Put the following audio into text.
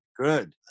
Good